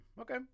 okay